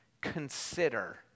Consider